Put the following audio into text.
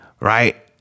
right